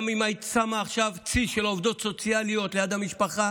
גם אם היית שמה עכשיו צי של עובדות סוציאליות ליד המשפחה,